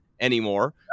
anymore